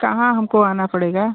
कहाँ हमको आना पड़ेगा